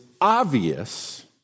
obvious